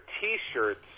t-shirts